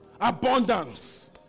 Abundance